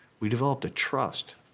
we developed a trust,